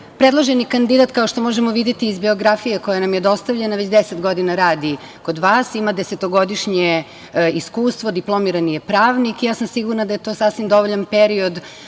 ličnosti. Predloženi kandidat, kao što možemo videti iz biografije koja nam je dostavljena, već deset godina radi kod vas, ima desetogodišnje iskustvo, diplomirani je pravnik i ja sam sigurna da je to sasvim dovoljan period